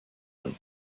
them